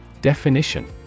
DEFINITION